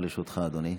הבמה לרשותך, אדוני.